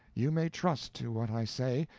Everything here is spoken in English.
you may trust to what i say,